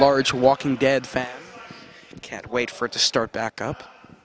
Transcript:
large walking dead fan can't wait for it to start back up